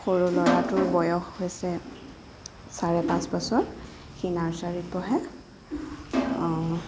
সৰু ল'ৰাটো বয়স হৈছে চাৰে পাঁচ বছৰ সি নাৰ্চাৰিত পঢ়ে